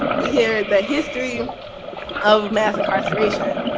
we hear the history of mass incarceration,